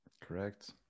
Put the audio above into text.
correct